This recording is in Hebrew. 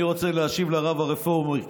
אני רוצה להשיב לרב הרפורמי.